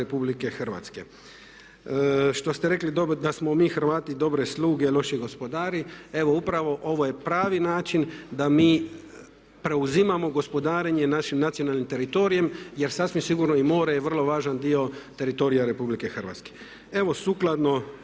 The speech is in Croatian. interesima RH. Što ste rekli da smo mi Hrvati dobre sluge, loši gospodari. Evo upravo ovo je pravi način da mi preuzimamo gospodarenje našim nacionalnim teritorijem jer sasvim sigurno i more je vrlo važan dio teritorija RH. Evo sukladno